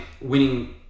winning